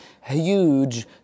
huge